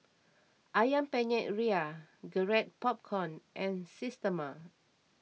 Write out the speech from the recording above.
Ayam Penyet Ria Garrett Popcorn and Systema